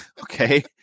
Okay